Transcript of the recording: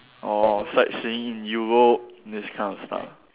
or sightseeing in Europe these kind of stuff